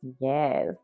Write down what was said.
Yes